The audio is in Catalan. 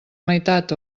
meitat